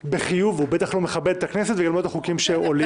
בחיוב את הכנסת ובטח לא מכבד את הכנסת ולא את החוקים שעולים.